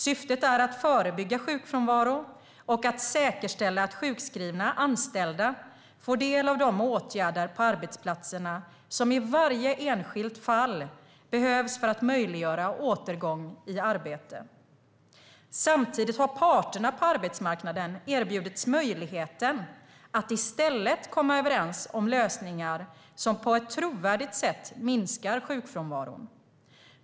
Syftet är att förebygga sjukfrånvaro och att säkerställa att sjukskrivna anställda får del av de åtgärder på arbetsplatserna som i varje enskilt fall behövs för att möjliggöra återgång i arbete. Samtidigt har parterna på arbetsmarknaden erbjudits möjligheten att i stället komma överens om lösningar som på ett trovärdigt sätt minskar sjukfrånvaron.